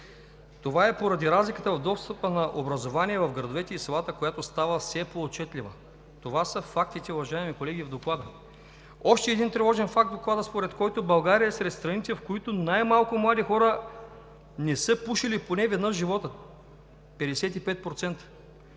Това е поради разликата в достъпа на образование в градовете и селата, която става все по отчетливи. Това са фактите, уважаеми колеги, в Доклада. Още един тревожен факт в Доклада, според който България е сред страните, в които най-малко млади хора не са пушили поне веднъж в живота си – 55%.